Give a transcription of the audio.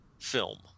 film